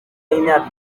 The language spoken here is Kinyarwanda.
y’imyaka